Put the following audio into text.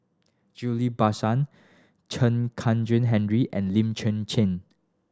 Ghillie Basan Chen Kezhan Henri and Lim Chwee Chian